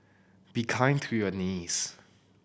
be kind to your knees